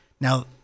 now